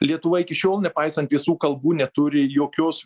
lietuva iki šiol nepaisant visų kalbų neturi jokios